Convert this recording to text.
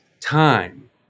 time